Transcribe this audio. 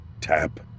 tap